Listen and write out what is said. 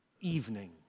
Evening